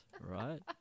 right